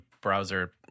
browser